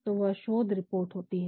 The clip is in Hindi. तो वह शोध रिपोर्ट होती है